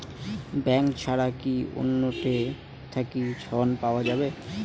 Bank ছাড়া কি অন্য টে থাকি ঋণ পাওয়া যাবে?